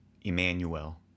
Emmanuel